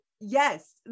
Yes